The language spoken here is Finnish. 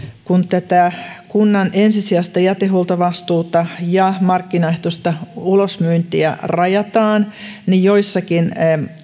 kun tätä kunnan ensisijaista jätehuoltovastuuta ja markkinaehtoista ulosmyyntiä rajataan niin joissakin